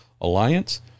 Alliance